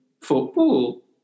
football